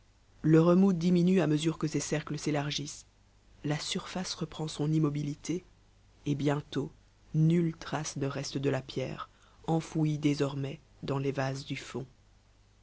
le remous diminue à mesure que ses cercles s'élargissent la surface reprend son immobilité et bientôt nulle trace ne reste de la pierre enfouie désormais dans les vases du fond